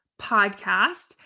podcast